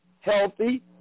healthy